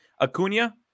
Acuna